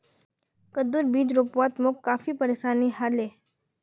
कद्दूर बीज रोपवात मोक काफी परेशानी ह ले